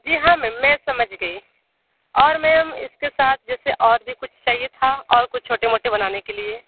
जी हाँ मैम मैं समझ गई और मैम इसके साथ जैसे और कुछ भी चाहिए था और कुछ छोटे मोटे बनाने के लिए